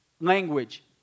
language